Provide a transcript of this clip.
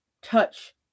Touch